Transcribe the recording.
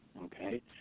okay